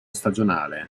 stagionale